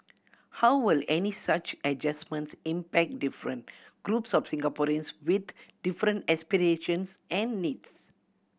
how will any such adjustments impact different groups of Singaporeans with different aspirations and needs